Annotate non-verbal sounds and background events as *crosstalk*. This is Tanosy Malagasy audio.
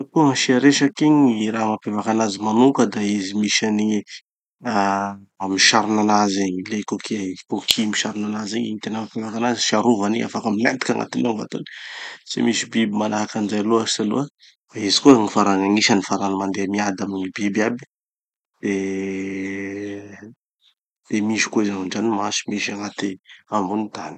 *audio distortion* [no gny sokaky] gn'asia resaky. Gny raha mampiavaky anazy manoka da izy misy anigny, ah misarona anazy igny. Le coquillage, coquille misarona anazy igny, igny tena mampiraha anazy. Fiarovany igny, afaky milentiky agnatiny ao gny vatany. Tsy misy biby manahaky anizay loatsy aloha. De izy koa gny farany agnisany farany mandeha miada amy gny biby aby. De, de misy koa izy andranomasy, misy agnaty, ambony tany.